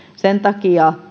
sen takia